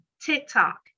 TikTok